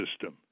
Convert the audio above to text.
system